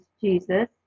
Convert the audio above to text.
Jesus